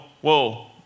whoa